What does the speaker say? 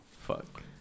fuck